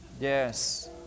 Yes